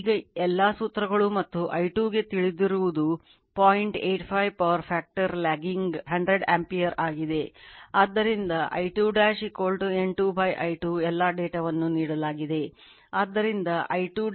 ಈಗ ಎಲ್ಲಾ ಸೂತ್ರಗಳು ಮತ್ತು I2 ಗೆ ತಿಳಿದಿರುವವು 0